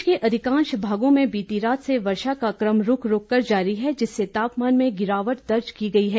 प्रदेश के अधिकांश भागों में बीती रात से वर्षा का कम रूक रूक कर जारी है जिससे तापमान में गिरावट दर्ज की गई है